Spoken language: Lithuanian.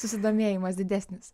susidomėjimas didesnis